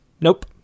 nope